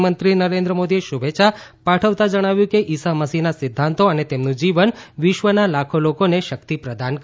પ્રધાનમંત્રી નરેન્દ્ર મોદીએ શુભેચ્છા પાઠવતાં જણાવ્યું કે ઈસા મસીહના સિધ્ધાંતો અને તેમનું જીવન વિશ્વના લાખો લોકોને શક્તિ પ્રદાન કરે છે